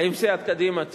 האם סיעת קדימה תתמוך?